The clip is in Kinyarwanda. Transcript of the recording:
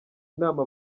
inama